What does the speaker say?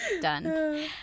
Done